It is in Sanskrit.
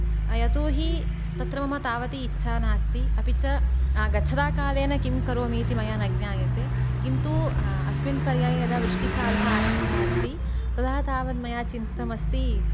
यतो हि तत्र मम तावद् इच्छा नास्ति अपि च गच्छता कालेन किं करोमि मया न ज्ञायते किन्तु अस्मिन् पर्याये यदा वृष्टिकालः आरब्धः अस्ति तदा तावद् मया चिन्तितम् अस्ति